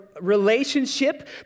relationship